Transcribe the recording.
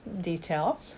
detail